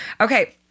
Okay